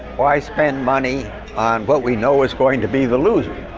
why spend money on what we know is going to be the loser?